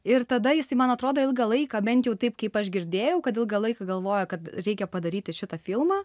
ir tada jis man atrodo ilgą laiką bent jau taip kaip aš girdėjau kad ilgą laiką galvojo kad reikia padaryti šitą filmą